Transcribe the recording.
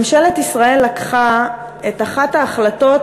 ממשלת ישראל לקחה את אחת ההחלטות